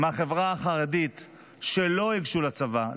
מהחברה החרדית שלא יתגייסו לצבא,